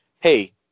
Hey